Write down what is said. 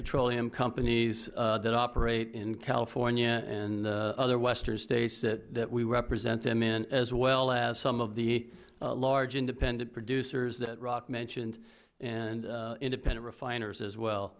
petroleum companies that operate in california and other western states that we represent them in as well as some of the large independent producers that rock mentioned and independent refiners as well